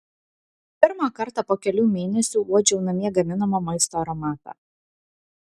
pirmą kartą po kelių mėnesių uodžiau namie gaminamo maisto aromatą